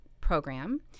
program